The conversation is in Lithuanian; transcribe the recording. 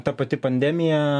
ta pati pandemija